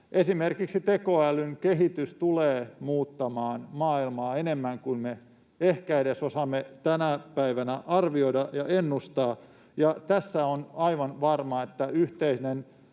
Esimerkiksi tekoälyn kehitys tulee muuttamaan maailmaa enemmän kuin me ehkä edes osaamme tänä päivänä arvioida ja ennustaa, ja tässä on aivan varmaa, että yhteisessä